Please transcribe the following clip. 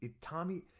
Tommy